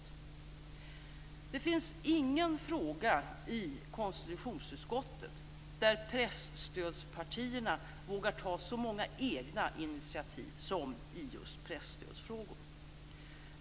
Det finns ingen fråga i konstitutionsutskottet där presstödspartierna vågar ta så många egna initiativ som just i presstödsfrågor.